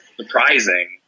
surprising